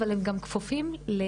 אבל הם גם כפופים לביקורת,